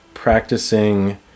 practicing